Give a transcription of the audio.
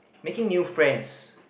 making new friends